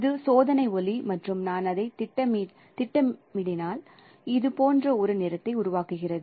இது சோதனை ஒளி மற்றும் நான் அதை திட்டமிடினால் இது போன்ற ஒரு நிறத்தை உருவாக்குகிறது